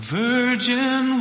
virgin